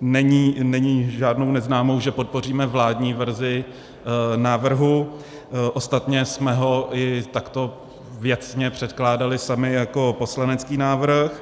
není žádnou neznámou, že podpoříme vládní verzi návrhu, ostatně jsme ho i takto věcně předkládali sami jako poslanecký návrh.